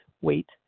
weight